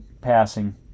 passing